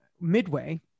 Midway